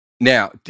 Now